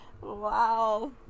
wow